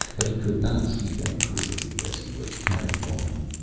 but he could not see them clearly as he was carried on.